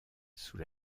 sous